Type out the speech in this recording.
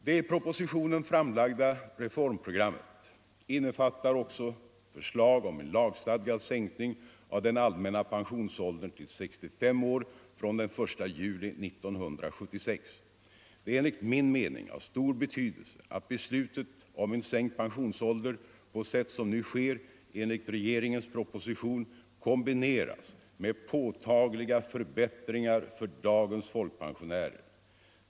Det i propositionen framlagda reformprogrammet innefattar också förslag om en lagstadgad sänkning av den allmänna pensionsåldern till 65 år från den 1 juli 1976. Det är enligt min mening av stor betydelse att beslutet om en sänkt pensionsålder på sätt som nu sker enligt regeringens proposition kombineras med påtagliga förbättringar för dagens folkpensionärer.